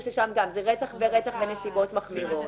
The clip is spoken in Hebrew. שגם שם זה רצח ורצח בנסיבות מחמירות.